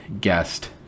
guest